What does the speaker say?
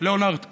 לאונרד כהן.